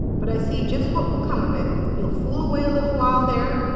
but i see just what will come of it. you'll fool away a little while there,